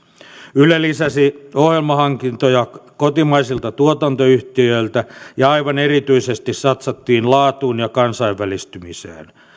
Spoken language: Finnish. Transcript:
yle lisäsi ohjelmahankintoja kotimaisilta tuotantoyhtiöiltä ja aivan erityisesti satsattiin laatuun ja kansainvälistymiseen